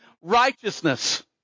righteousness